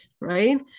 right